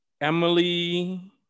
Emily